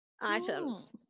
items